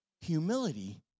Humility